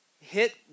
hit